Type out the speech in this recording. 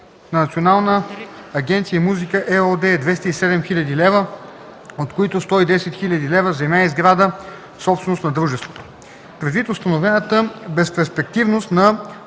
Национална агенция „Музика” ЕООД е 207 хил. лв., от които 110 хил. лв. – земя и сграда, собственост на дружеството. Предвид установената безперспективност на